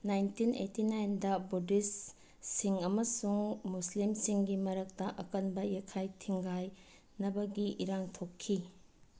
nineteen eighty ꯅꯥꯏꯟꯗ ꯕꯨꯗꯤꯁꯁꯤꯡ ꯑꯃꯁꯨꯡ ꯃꯨꯁꯂꯤꯝꯁꯤꯡꯒꯤ ꯃꯔꯛꯇ ꯑꯀꯟꯕ ꯌꯥꯏꯈꯥꯏ ꯊꯤꯟꯒꯥꯏꯅꯕꯒꯤ ꯏꯔꯥꯡ ꯊꯣꯛꯈꯤ